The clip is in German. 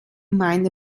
meine